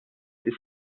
ist